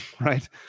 right